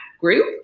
group